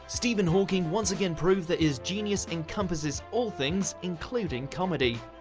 stephen hawking once again proved that his genius encompasses all things, including comedy.